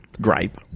gripe